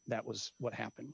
that was what happened